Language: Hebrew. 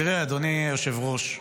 אדוני היושב-ראש,